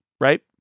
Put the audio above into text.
right